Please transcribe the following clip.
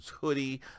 hoodie